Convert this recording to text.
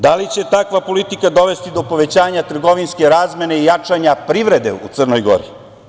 Da li će takva politika dovesti do povećanja trgovinske razmene i jačanja privrede u Crnoj Gori?